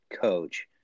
coach